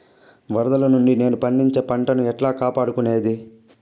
వరదలు నుండి నేను పండించే పంట ను ఎట్లా కాపాడుకునేది?